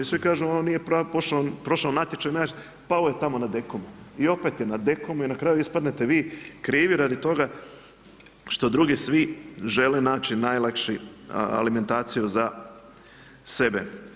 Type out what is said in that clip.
I svi kažu nije prošao natječaj pao je tamo na DKOM-u i opet je na DKOM-u i na kraju ispadnete vi krivi radi toga što drugi svi žele naći najlakšu alimentaciju za sebe.